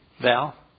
Val